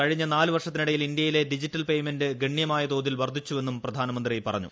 കഴിഞ്ഞു നാല് വർഷത്തിനിടയിൽ ഇന്ത്യയിലെ ഡിജിറ്റൽ പേയ്മെന്റ് ഗണ്യമായ തോതിൽ വർദ്ധിച്ചുവെന്നും പ്രധാനമന്ത്രി പറഞ്ഞു